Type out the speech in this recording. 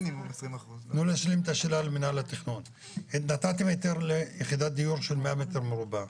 נתתם היתר ליחידת דיור של 100 מטר מרובע.